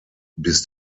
bis